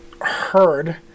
heard